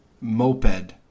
moped